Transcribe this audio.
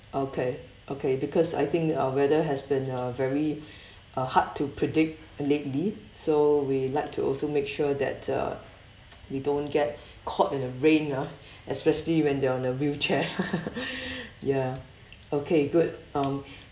okay okay because I think our weather has been uh very uh hard to predict lately so we like to also make sure that uh we don't get caught in the rain ah especially when they are on a wheelchair ya okay good um